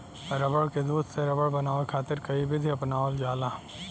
रबड़ के दूध से रबड़ बनावे खातिर कई विधि अपनावल जाला